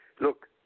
Look